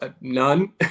none